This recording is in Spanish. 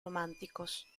románicos